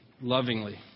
Lovingly